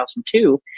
2002